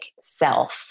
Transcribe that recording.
self